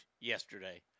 yesterday